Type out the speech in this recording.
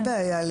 אין בעיה.